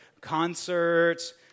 concerts